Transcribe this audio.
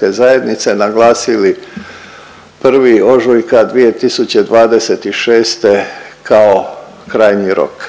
HDZ-a naglasili 1. ožujka 2026. kao krajnji rok